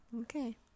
Okay